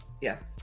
Yes